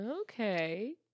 Okay